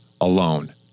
alone